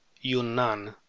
Yunnan